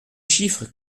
chiffres